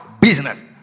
business